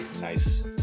nice